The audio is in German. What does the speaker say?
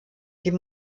die